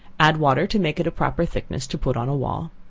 add water to make it a proper thickness to put on a wall.